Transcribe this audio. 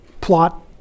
plot